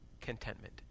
contentment